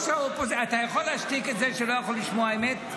אתה יכול להשתיק את זה שלא יכול לשמוע אמת?